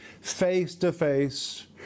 face-to-face